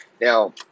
Now